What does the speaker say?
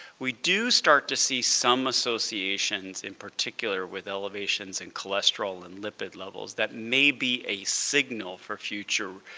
we do start to see some associations, in particular with elevations in cholesterol and lipid levels, that may be a signal for future